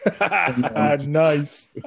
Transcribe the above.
Nice